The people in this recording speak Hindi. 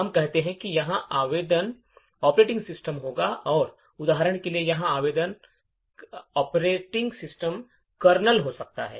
हम कहते हैं कि यहाँ आवेदन ऑपरेटिंग सिस्टम होगा और उदाहरण के लिए यहाँ आवेदन उदाहरण के लिए ऑपरेटिंग सिस्टम कर्नेल हो सकता है